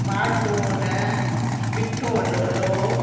माजून मिठो लोलो